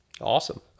Awesome